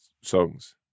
songs